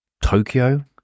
Tokyo